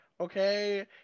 okay